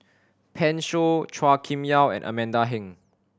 Pan Shou Chua Kim Yeow and Amanda Heng